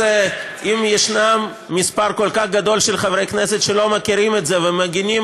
ואם יש מספר כל כך גדול של חברי כנסת שלא מכירים את זה ומגינים